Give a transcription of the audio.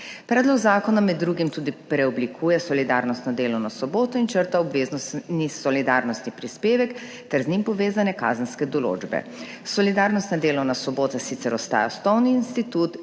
Predlog zakona med drugim tudi preoblikuje solidarnostno delovno soboto in črta obveznost solidarnostni prispevek ter z njim povezane kazenske določbe. Solidarnostna delovna sobota sicer ostaja osnovni institut,